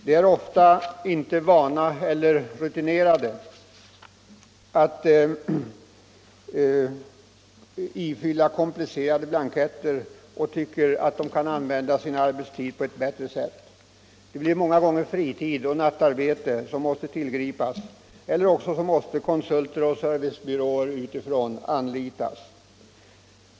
De är ofta inte vana eller rutinerade när det gäller att ifylla komplicerade blanketter och tycker att de kan använda sin arbetstid på ett bättre sätt. Många gånger måste arbete på nätter eller annan fritid tillgripas eller också måste konsulter utifrån eller servicebyråer anlitas.